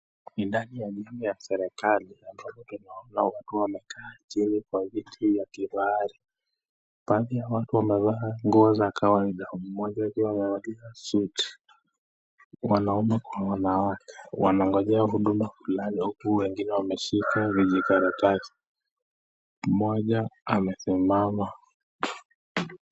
Ni ndani ya jengo ya serikali ambapo tunaona watu wamekaa chini kwa viti ya kifahari. Baadhi ya watu wamevaa nguo za kawaida, mmoja akiwa amevalia suit . Wanaume kwa wanawake wanangojea huduma fulani huku wengine wameshika vijikaratasi. Mmoja amesimama.